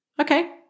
Okay